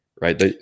right